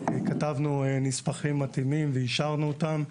כתבנו נספחים מתאימים ואישרנו אותם.